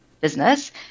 business